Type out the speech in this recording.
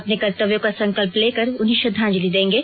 अपने कर्तव्यों का संकल्प लेकर उन्हें श्रद्धांजली देंगे